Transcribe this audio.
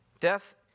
Death